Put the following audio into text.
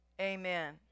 amen